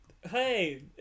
Hey